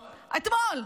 אתמול.